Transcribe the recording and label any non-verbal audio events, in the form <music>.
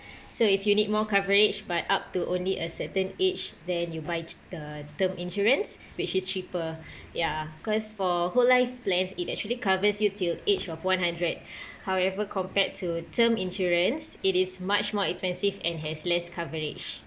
so if you need more coverage but up to only a certain age then you buy the term insurance which is cheaper <breath> ya cause for whole life plans it actually covers you till age of one hundred <breath> however compared to term insurance it is much more expensive and has less coverage